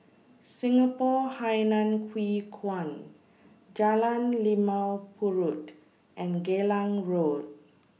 Singapore Hainan Hwee Kuan Jalan Limau Purut and Geylang Road